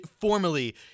formally